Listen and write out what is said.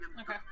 Okay